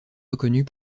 reconnus